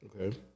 Okay